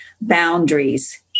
boundaries